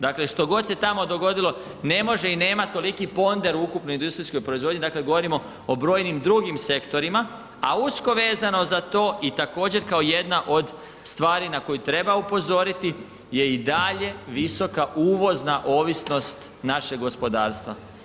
Dakle, što god se tamo dogodilo ne može i nema toliki ponder u ukupnoj industrijskoj proizvodnji, dakle govorimo o brojnim drugim sektorima, a usko vezano za to i također kao jedna od stvari na koju treba upozoriti je i dalje visoka uvozna ovisnost našeg gospodarstva.